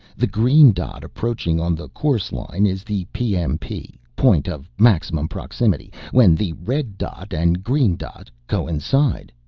the green dot approaching on the course line is the pmp. point of maximum proximity. when the red dot and green dot coincide.